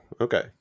Okay